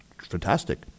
fantastic